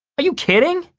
are you kidding?